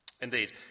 Indeed